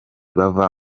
bava